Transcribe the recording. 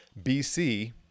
BC